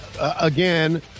again